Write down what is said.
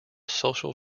social